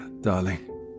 darling